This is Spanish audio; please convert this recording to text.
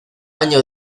año